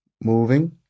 moving